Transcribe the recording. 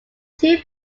two